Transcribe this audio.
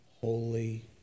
holy